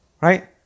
right